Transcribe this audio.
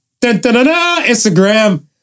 Instagram